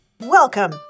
Welcome